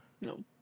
No